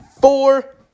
four